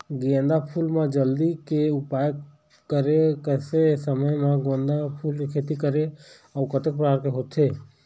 गेंदा फूल मा जल्दी के कैसे उपाय करें कैसे समय मा गेंदा फूल के खेती करें अउ कतेक प्रकार होथे?